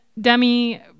Demi